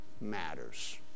matters